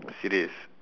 serious